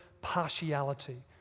partiality